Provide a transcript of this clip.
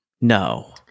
No